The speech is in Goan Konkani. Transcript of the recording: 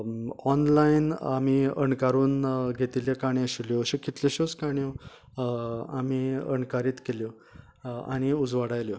ऑनलायन आमी अणकारून घेतिल्ल्यो काणयो आशिल्ल्यो अश्यो कितल्योश्योच काणयो आमी अणकारीत केल्यो आनी उजवाडायल्यो